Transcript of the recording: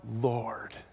Lord